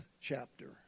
chapter